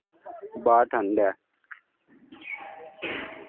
बाह्र ठंड ऐ